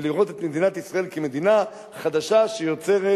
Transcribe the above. ולראות את מדינת ישראל כמדינה חדשה שיוצרת,